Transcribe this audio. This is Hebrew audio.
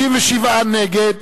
57, נגד,